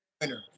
winner